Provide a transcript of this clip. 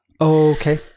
okay